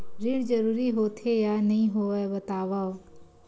ऋण जरूरी होथे या नहीं होवाए बतावव?